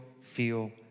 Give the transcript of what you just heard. feel